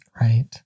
Right